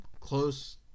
Close